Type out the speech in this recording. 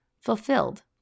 fulfilled